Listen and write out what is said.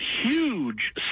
huge